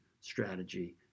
strategy